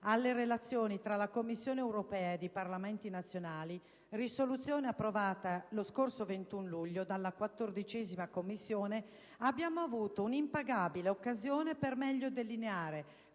alle relazioni tra la Commissione europea e i Parlamenti nazionali, approvata lo scorso 21 luglio dalla 14a Commissione, abbiamo avuto un'impagabile occasione per meglio delineare